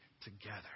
together